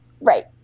Right